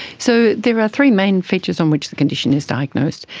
so there are three main features on which the condition is diagnosed,